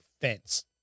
fence